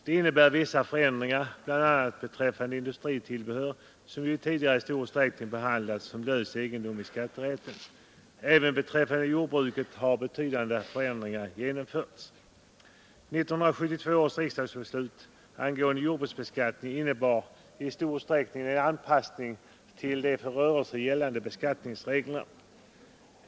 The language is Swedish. Detta medför vissa förändringar bl.a. beträffande industritillbehören, som ju tidigare i stor utträckning behandlats som lös egendom i skatterätten. Även beträffande jordbruket har betydande förändringar genomförts. 1972 års riksdagsbeslut angående jordbruksbeskattningen innebär i stor utsträckning en anpassning till de för rörelser gällande beskattningsreglerna.